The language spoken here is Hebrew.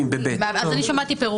רשמתי,